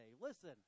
Listen